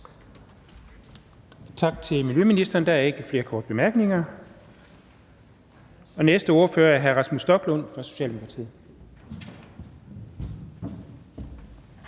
Tak til miljøministeren. Der er ikke flere korte bemærkninger. Den næste ordfører er hr. Rasmus Stoklund fra Socialdemokratiet.